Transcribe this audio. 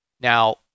Now